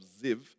Ziv